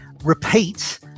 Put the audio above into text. repeat